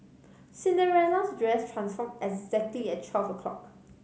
Cinderella's dress transformed exactly at twelve o'clock